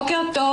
בוקר טוב.